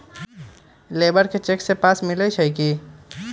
Labour के cheque से पैसा मिलई छई कि?